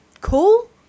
Cool